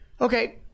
Okay